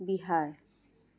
Bihar